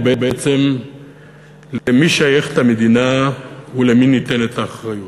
או בעצם למי שייכת המדינה ולמי ניתנת האחריות.